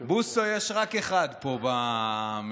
בוסו יש רק אחד פה במליאה.